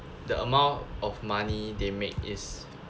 the amount of money they made is